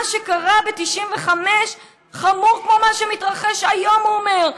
מה שקרה ב-95' חמור כמו מה שמתרחש היום, הוא אומר.